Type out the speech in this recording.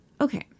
Okay